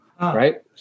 Right